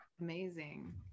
amazing